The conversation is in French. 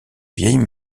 vieilles